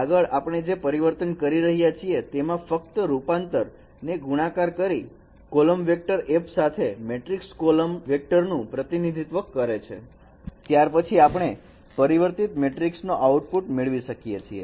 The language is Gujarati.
આગળ આપણે જે પરિવર્તન કરી રહ્યા છીએ તેમાં ફક્ત રૂપાંતર ને ગુણાકાર કરી કોલમ વેક્ટર f સાથે મેટ્રિક કોલમ વેક્ટર નું પ્રતિનિધિત્વ કરે છે ત્યાર પછી આપણે પરિવર્તિત મેટ્રિક્સનો output મેળવી શકીએ છીએ